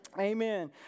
Amen